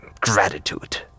gratitude